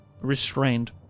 restrained